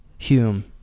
Hume